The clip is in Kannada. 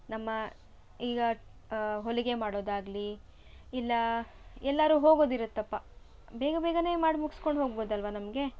ನಮ್ಮ ಈಗ ಹೊಲಿಗೆ ಮಾಡೋದಾಗಲಿ ಇಲ್ಲ ಎಲ್ಲಾದ್ರು ಹೋಗೋದಿರಪ್ಪ ಬೇಗ ಬೇಗನೆ ಮಾಡಿ ಮುಗ್ಸ್ಕೊಂಡು ಹೋಗಬೋದಲ್ವಾ ನಮಗೆ